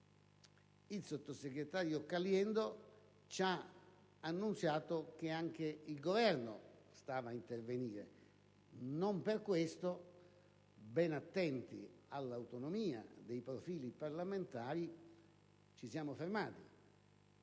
il sottosegretario Caliendo ci ha annunziato che anche il Governo stava per intervenire. Non per questo, ben attenti all'autonomia dei profili parlamentari, ci siamo fermati,